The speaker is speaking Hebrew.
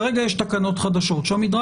כרגע יש תקנות חדשות עוד מעט תהיינה - שהמדרג